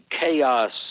chaos